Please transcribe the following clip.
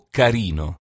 carino